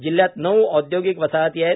जिल्ह्यात नऊ औद्योगिक वसाहती आहेत